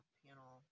panel